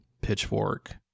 Pitchfork